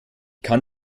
kann